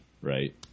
right